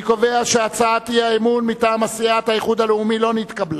אני קובע שהצעת האי-אמון מטעם סיעת האיחוד הלאומי לא נתקבלה.